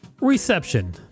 Reception